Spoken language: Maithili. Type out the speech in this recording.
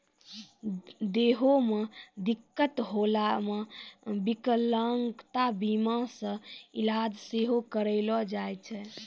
देहो मे दिक्कत होला पे विकलांगता बीमा से इलाज सेहो करैलो जाय छै